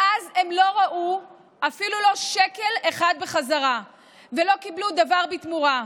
מאז הם לא ראו אפילו לא שקל אחד בחזרה ולא קיבלו דבר בתמורה.